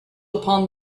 upon